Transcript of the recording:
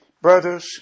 brothers